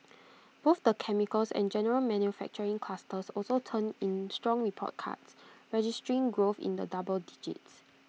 both the chemicals and general manufacturing clusters also turned in strong report cards registering growth in the double digits